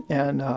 and